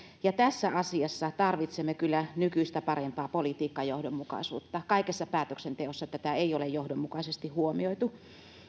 ja tässä asiassa tarvitsemme kyllä nykyistä parempaa politiikan johdonmukaisuutta kaikessa päätöksenteossa tätä ei ole johdonmukaisesti huomioitu